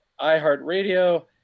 iHeartRadio